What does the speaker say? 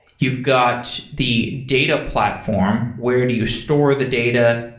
you've got the data platform. where do you store the data?